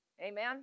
Amen